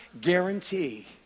guarantee